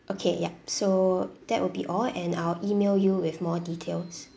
okay yup so that will be all and I will email you with more details